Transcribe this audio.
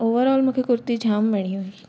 overall मूंखे कुर्ती जाम वणी हुई